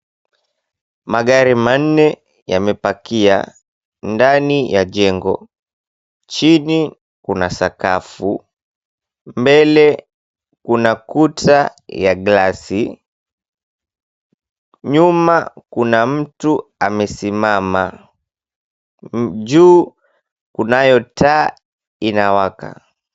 Magari manne yamepakia ndani ya jengo. Chini kuna sakafu, mbele kuna kuta ya glasi, nyuma kuna mtu amesimama, juu kunayo taa inawaka.